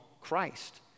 Christ